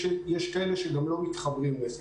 יש כאלה שגם לא מתחברים לזה